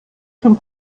zum